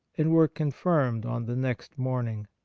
and were confirmed on the next morning.